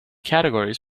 categories